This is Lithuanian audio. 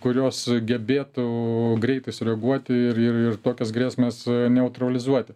kurios gebėtų greitai sureaguoti ir ir ir tokias grėsmes neutralizuoti